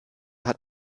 hat